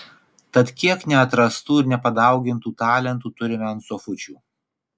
tad kiek neatrastų ir nepadaugintų talentų turime ant sofučių